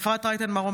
אפרת רייטן מרום,